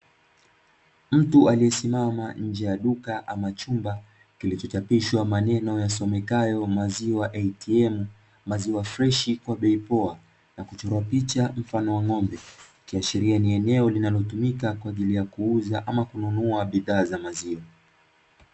Mtu aliyesimama nnje ya duka ama chumba kilichochapishwa maneno yasomekayo maziwa (ATM), maziwa freshi kwa bei poa na kuchorwa picha mfano wa ng'ombe kiashiria ni eneo linalotumika kuuza ama kununua bidhaa za maziwa.